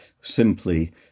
simply